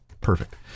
perfect